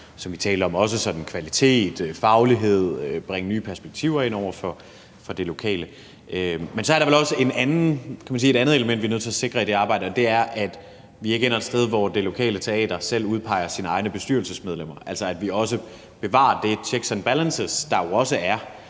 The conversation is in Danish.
som vi talte om, også kvalitet, faglighed, og at bringe nye perspektiver ind over for det lokale. Men så er der vel, kan man sige, også et andet element, vi er nødt til at sikre i det arbejde, og det er, at vi ikke ender et sted, hvor det lokale teater selv udpeger sine egne bestyrelsesmedlemmer, altså at vi også bevarer det checks and balances, der jo også er